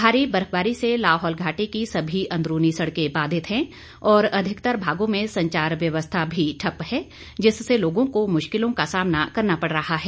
भारी बर्फबारी से लाहौल घाटी की सभी अंदरूनी सड़कें बाधित हैं और अधिकतर भागों में संचार व्यवस्था भी ठप्प है जिससे लोगों को मुश्किलों का सामना करना पड़ रहा है